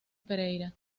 pereira